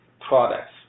products